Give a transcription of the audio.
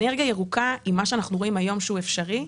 אנרגיה ירוקה היא מה שאנחנו רואים היום שהוא אפשרי.